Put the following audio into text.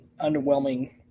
underwhelming